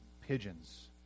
pigeons